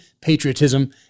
patriotism